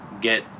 get